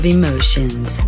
emotions